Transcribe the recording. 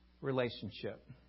relationship